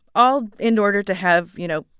all in order to have, you know,